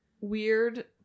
weird